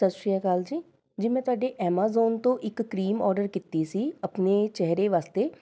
ਸਤਿ ਸ਼੍ਰੀ ਅਕਾਲ ਜੀ ਜੀ ਮੈਂ ਤੁਹਾਡੇ ਐਮਾਜ਼ੋਨ ਤੋਂ ਇੱਕ ਕਰੀਮ ਆਡਰ ਕੀਤੀ ਸੀ ਆਪਣੇ ਚਿਹਰੇ ਵਾਸਤੇ